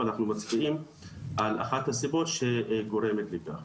אבל אנחנו מצביעים על אחת הסיבות שגורמת לכך.